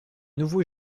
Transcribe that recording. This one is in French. nouveau